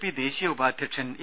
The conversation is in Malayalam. പി ദേശീയ ഉപാധ്യക്ഷൻ എ